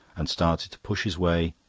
and started to push his way,